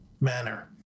manner